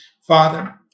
Father